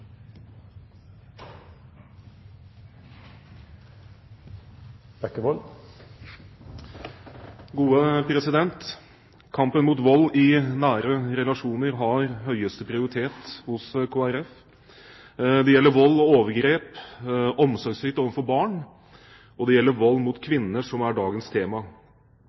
eget språk. Kampen mot vold i nære relasjoner har høyeste prioritet hos Kristelig Folkeparti. Det gjelder vold, overgrep og omsorgssvikt overfor barn, og det gjelder vold mot kvinner, som er dagens tema.